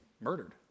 murdered